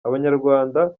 abanyarwanda